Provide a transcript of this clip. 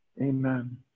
Amen